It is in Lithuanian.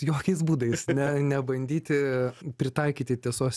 jokiais būdais ne nebandyti pritaikyti tiesos